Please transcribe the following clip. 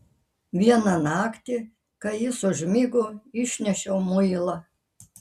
vieną naktį kai jis užmigo išnešiau muilą